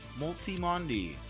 Multimondi